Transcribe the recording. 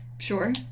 Sure